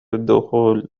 الدخول